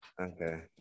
Okay